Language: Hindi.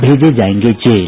भेजे जायेंगे जेल